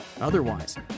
Otherwise